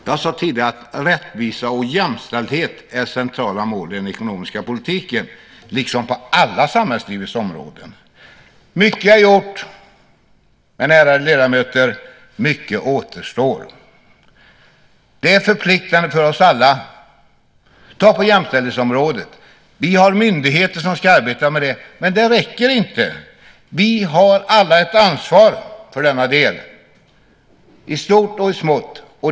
Jag sade tidigare att rättvisa och jämställdhet är centrala mål i den ekonomiska politiken, liksom på samhällslivets alla områden. Mycket är gjort. Men, ärade ledamöter, mycket återstår. Det är förpliktande för oss alla. Ta jämställdhetsområdet. Vi har myndigheter som ska arbeta med det, men det räcker inte. Vi har alla ett ansvar för denna del, i stort och i smått.